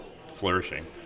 flourishing